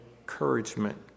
encouragement